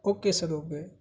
okay sir okay